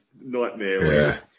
nightmare